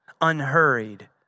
unhurried